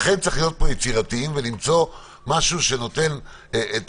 לכן צריך להיות פה יצירתיים ולמצוא משהו שנותן את